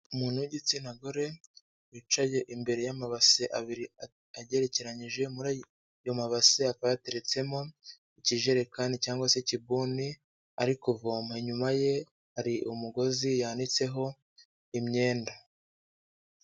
Umuntu w'igitsina gore wicaye imbere y'amabase abiri agerekeranyije, muri ayo mabase hakaba hateretsemo ikijerekani cyangwa se ikibuni ari kuvoma. Inyuma ye hari umugozi yanitseho imyenda.